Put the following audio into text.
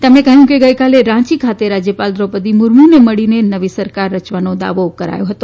તેમણે કહ્યું કે ગઇકાલે રાચી ખાતે રાજયપાલ વ્રોપદી મુર્મુની મળી નવી સરકાર રચવાનો દાવો કરાયો હતો